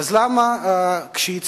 אז למה כשהציעו,